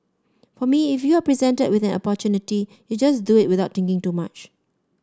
for me if you are presented with an opportunity you just do it without thinking too much